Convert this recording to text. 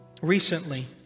recently